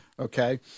Okay